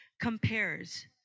compares